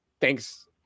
thanks